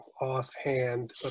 offhand